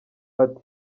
ati